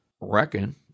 reckon